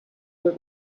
that